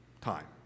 time